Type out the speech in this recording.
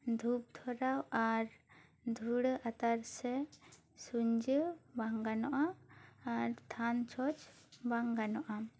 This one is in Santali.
ᱫᱷᱩᱯ ᱫᱷᱚᱨᱟᱣ ᱟᱨ ᱫᱷᱩᱲᱟᱹ ᱟᱛᱟᱨ ᱥᱮ ᱥᱩᱱᱡᱟᱹ ᱵᱟᱝ ᱜᱟᱱᱚᱜᱼᱟ ᱟᱨ ᱛᱷᱟᱱ ᱪᱷᱚᱸᱪ ᱵᱟᱝ ᱜᱟᱱᱚᱜᱼᱟ